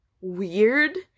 weird